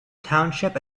township